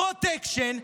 פרוטקשן,